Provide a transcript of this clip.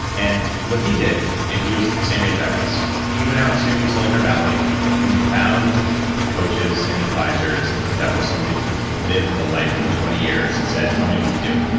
what he did, and he was the same age i was, he went out to silicon valley and found coaches and advisors and hooked up with someone who'd lived the life for twenty years and said, tell me what to do.